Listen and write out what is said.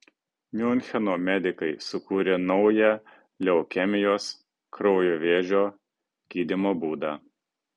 miuncheno medikai sukūrė naują leukemijos kraujo vėžio gydymo būdą